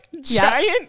Giant